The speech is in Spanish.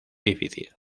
difícil